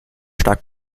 stark